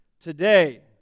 Today